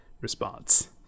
response